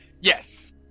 Yes